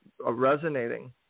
resonating